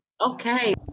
Okay